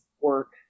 work